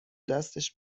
دستش